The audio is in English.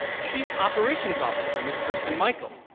chief operations officer miss kristen michael,